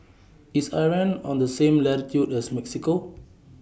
IS Iran on The same latitude as Mexico